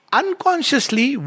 unconsciously